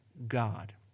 God